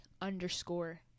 underscore